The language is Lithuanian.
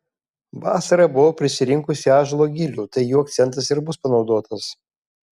vasarą buvau prisirinkusi ąžuolo gilių tai jų akcentas ir bus panaudotas